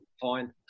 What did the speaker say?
fine